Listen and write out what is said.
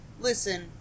Listen